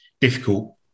difficult